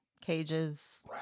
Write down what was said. cages